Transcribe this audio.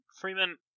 Freeman